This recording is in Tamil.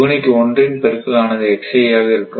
யூனிட் ஒன்றின் பெருக்கல் ஆனது ஆக இருக்கும்